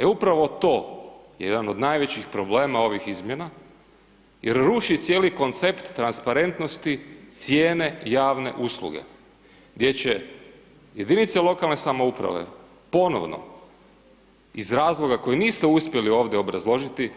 E, upravo to je jedan od najvećih problema ovih izmjena jer ruši cijeli koncept transparentnosti cijene javne usluge gdje će jedinice lokalne samouprave ponovno iz razloga koji niste uspjeli ovdje obrazložiti